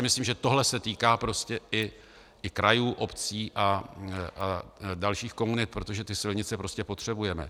Myslím si, že tohle se týká prostě i krajů, obcí a dalších komunit, protože ty silnice prostě potřebujeme.